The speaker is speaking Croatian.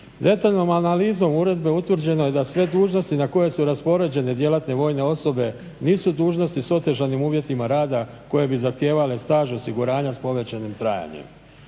Detaljnom analizom uredbe utvrđeno je da sve dužnosti na koje su raspoređene djelatne vojne osobe nisu dužnosti s otežanim uvjetima rada koje bi zahtijevale staž osiguranja s povećanim trajanjem.